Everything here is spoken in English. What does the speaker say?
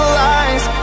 lies